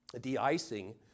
de-icing